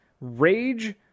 Rage